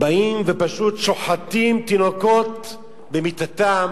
באים ופשוט שוחטים תינוקות במיטתם,